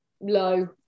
low